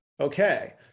Okay